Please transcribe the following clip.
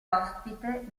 ospite